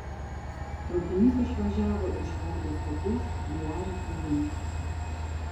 traukinys išvažiavo iš bordo stoties biarico link